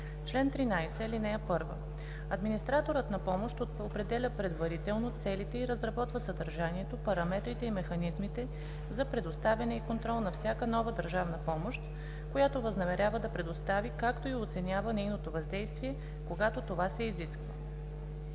„Чл. 13. (1) Администраторът на помощ определя предварително целите и разработва съдържанието, параметрите и механизмите за предоставяне и контрол на всяка нова държавна помощ, която възнамерява да предостави, както и оценява нейното въздействие, когато това се изисква.